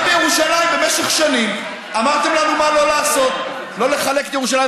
גם בירושלים במשך שנים אמרתם לנו מה לא לעשות: לא לחלק את ירושלים.